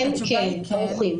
כן כן, ערוכים.